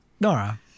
Nora